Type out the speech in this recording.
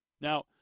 Now